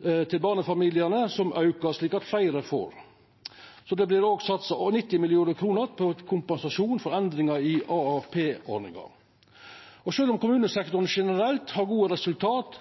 til barnefamiliar, som aukar, slik at fleire får. Det vert også satsa 90 mill. kr i kompensasjon for endringar i AAP-ordninga. Sjølv om kommunesektoren generelt har gode resultat